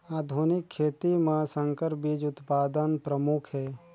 आधुनिक खेती म संकर बीज उत्पादन प्रमुख हे